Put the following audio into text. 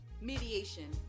Mediation